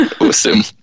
Awesome